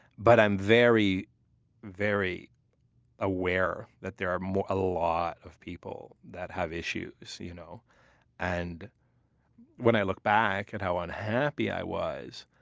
but i'm very very aware that there are a lot of people that have issues. you know and when i look back at how unhappy i was,